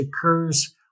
occurs